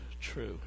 true